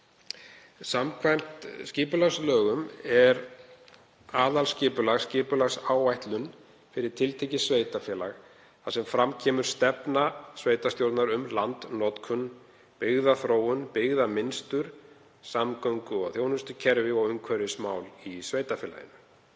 Samkvæmt skipulagslögum er aðalskipulag skipulagsáætlun fyrir tiltekið sveitarfélag þar sem fram kemur stefna sveitarstjórnar um landnotkun, byggðaþróun, byggðamynstur, samgöngu- og þjónustukerfi og umhverfismál í sveitarfélaginu.